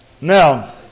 Now